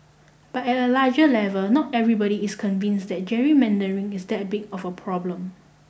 but at a larger level not everybody is convinced that gerrymandering is that big of a problem